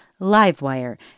LiveWire